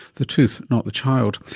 the tooth, not the child.